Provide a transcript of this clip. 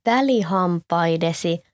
Välihampaidesi